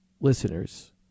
listeners